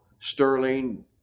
Sterling